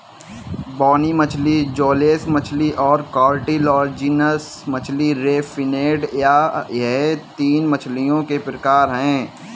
बोनी मछली जौलेस मछली और कार्टिलाजिनस मछली रे फिनेड यह तीन मछलियों के प्रकार है